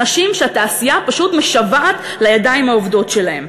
אנשים שהתעשייה פשוט משוועת לידיים העובדות שלהם.